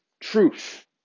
truth